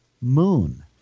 moon